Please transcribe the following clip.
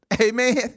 Amen